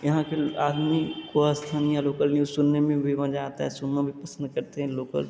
यहाँ के आदमी को स्थानीय लोकल न्यूज़ सुनने में भी मज़ा आता है सुनना भी पसंद करते हैं लोकल